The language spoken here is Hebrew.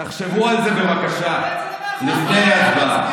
תחשבו על זה בבקשה לפני ההצבעה.